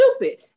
stupid